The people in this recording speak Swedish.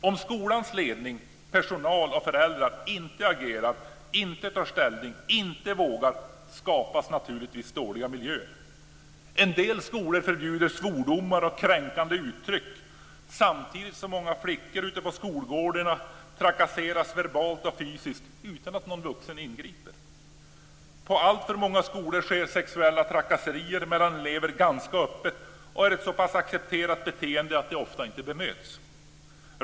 Om skolans ledning, personal och föräldrar inte agerar, inte tar ställning, inte vågar, skapas naturligtvis dåliga miljöer. En del skolor förbjuder svordomar och kränkande uttryck samtidigt som många flickor ute på skolgårdarna trakasseras verbalt och fysiskt utan att någon vuxen ingriper. På alltför många skolor sker sexuella trakasserier mellan elever ganska öppet och är ett så pass accepterat beteende att det ofta inte bemöts.